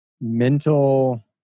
mental